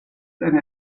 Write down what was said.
eine